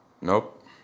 Nope